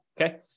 okay